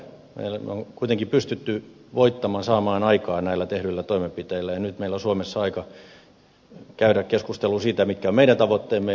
me olemme kuitenkin pystyneet voittamaan saamaan aikaa näillä tehdyillä toimenpiteillä ja nyt meillä on suomessa aika käydä keskustelua siitä mitkä ovat meidän tavoitteemme